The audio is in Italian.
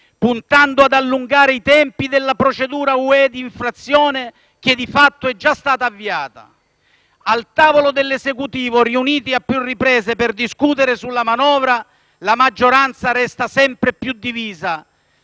puntando ad allungare i tempi della procedura UE di infrazione, che di fatto è già stata avviata. Al tavolo dell'Esecutivo, riuniti a più riprese per discutere sulla manovra, la maggioranza resta sempre più divisa: